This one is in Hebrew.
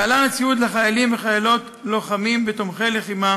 להלן הציוד לחיילים ולחיילות לוחמים ותומכי לחימה